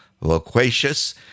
Loquacious